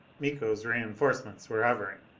miko's reinforcements were hovering.